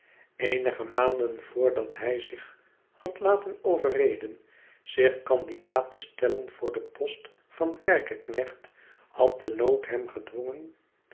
eenige maanden voordat hij zieh had laten overreden zich candidaat te stellen voor den post van kerkeknecht had de nood hem gedwongen